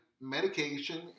medication